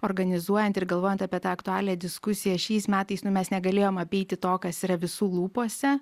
organizuojant ir galvojant apie tą aktualią diskusiją šiais metais nu mes negalėjom apeiti to kas yra visų lūpose